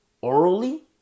orally